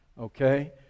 Okay